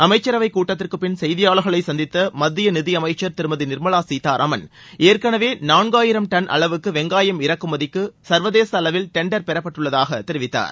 அமைச்சரவை கூட்டத்திற்கு பின் செய்தியாளர்களை சந்தித்த மத்திய நிதியமைச்சர் திருமதி நிர்மலா சீதாராமன் ஏற்கனவே நான்காயிரம் டன் அளவுக்கு வெங்காயம் இறக்குமதிக்கு சர்வதேச அளவில் டெண்டர் பெறப்பட்டுள்ளதாக தெரிவித்தார்